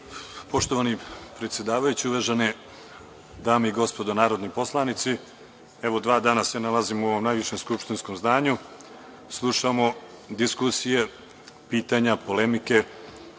Poštovani predsedavajući, uvažene dame i gospodo narodni poslanici, evo dva dana se nalazimo u ovom najvišem skupštinskom zdanju, slušamo diskusije, pitanja, polemike